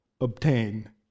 obtain